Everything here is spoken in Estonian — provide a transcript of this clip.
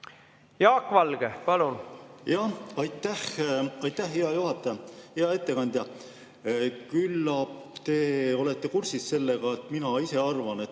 Jaak Valge, palun! Aitäh, hea juhataja! Hea ettekandja! Küllap te olete kursis sellega, et mina ise arvan, et